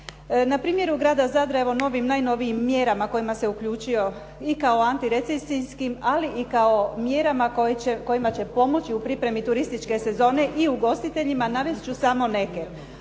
Na primjeru grada Zadra evo novim, najnovijim mjerama kojima se uključio i kao antirecesijskim, ali i kao mjerama kojima će pomoći u pripremi turističke sezone i ugostiteljima, navest ću samo neke,